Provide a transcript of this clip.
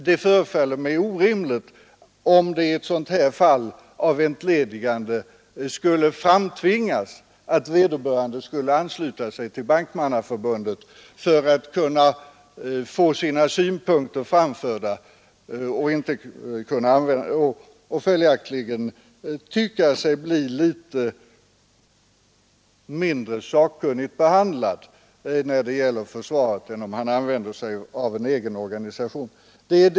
Det förefaller mig orimligt att man i ett fall av entledigande skulle tvinga vederbörande att ansluta sig till Bankmannaförbundet för att kunna få sina synpunkter framförda; vederbörande skulle ju då tycka att han blev litet mindre sakkunnigt försvarad än om han fått anlita sin egen organisation.